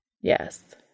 Yes